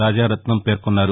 రాజారత్నం పేర్కొన్నారు